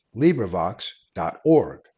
LibriVox.org